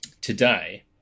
today